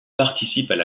participent